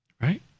Right